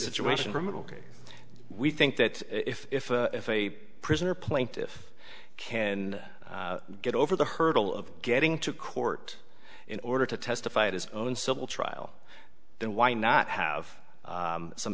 situation from an ok we think that if if if a prisoner plaintiff can get over the hurdle of getting to court in order to testify at his own civil trial then why not have some